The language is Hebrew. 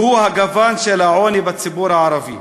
והוא הגוון של העוני בציבור הערבי.